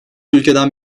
ülkeden